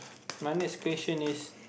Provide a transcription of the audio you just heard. my next question is